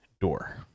door